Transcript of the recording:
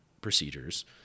procedures